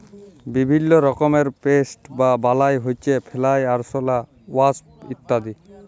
বিভিল্য রকমের পেস্ট বা বালাই হউচ্ছে ফ্লাই, আরশলা, ওয়াস্প ইত্যাদি